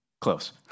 Close